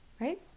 right